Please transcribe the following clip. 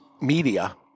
media